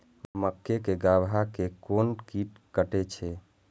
मक्के के गाभा के कोन कीट कटे छे?